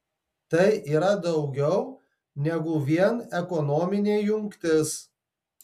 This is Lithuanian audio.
tai yra daugiau negu vien ekonominė jungtis